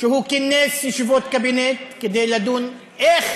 שהוא כינס ישיבות קבינט כדי לדון איך